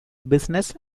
business